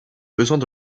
besoins